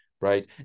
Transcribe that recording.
Right